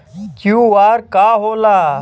QR का होला?